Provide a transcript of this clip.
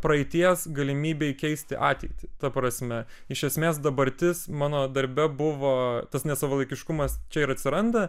praeities galimybei keisti ateitį ta prasme iš esmės dabartis mano darbe buvo tas nesavalaikiškumas čia ir atsiranda